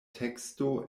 teksto